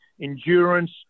endurance